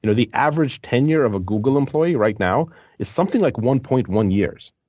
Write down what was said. you know the average tenure of a google employee right now is something like one point one years.